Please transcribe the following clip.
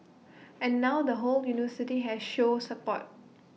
and now the whole university has show support